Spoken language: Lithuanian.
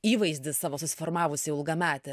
įvaizdį savo susiformavusį ilgametį